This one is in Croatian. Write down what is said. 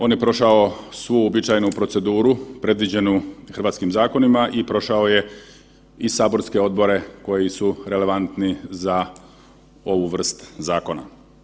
On je prošao svu uobičajenu proceduru predviđenu hrvatskim zakonima i prošao je i saborske odbore koji su relevantni za ovu vrstu zakona.